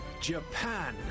Japan